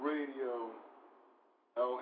Radio